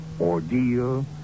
ordeal